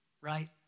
right